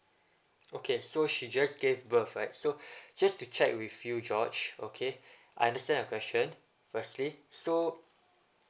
okay so she just gave birth right so just to check with you george okay I understand your question firstly so